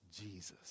Jesus